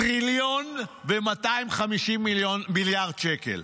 טריליון ו-250 מיליארד שקל.